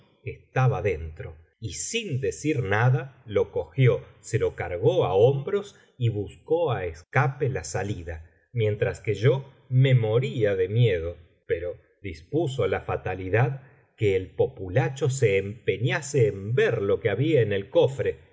estaba dentro y sin decir nada lo cogió se lo cargó á hombros y buscó á escape la salida mientras que yo me moría de miedo pero dispuso la fatalidad que el populacho se empeñase en ver lo que había en el cofre